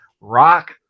Rock